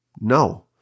No